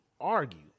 argue